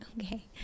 Okay